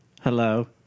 hello